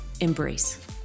embrace